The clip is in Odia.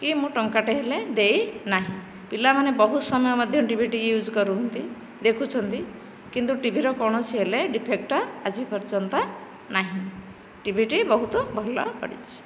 କି ମୁଁ ଟଙ୍କାଟେ ହେଲେ ଦେଇନାହିଁ ପିଲାମାନେ ବହୁତ ସମୟ ମଧ୍ୟ ଟିଭି ଟି ୟୁଜ୍ କରନ୍ତି ଦେଖୁଛନ୍ତି କିନ୍ତୁ ଟିଭିର କୌଣସି ହେଲେ ଡ଼ିଫେକ୍ଟ ଆଜି ପର୍ଯ୍ୟନ୍ତ ନାହିଁ ଟିଭି ଟି ବହୁତ ଭଲ ପଡ଼ିଛି